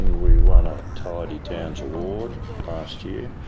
we won a tidy towns award last year.